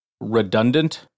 redundant